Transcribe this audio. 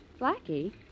Blackie